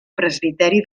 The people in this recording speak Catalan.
presbiteri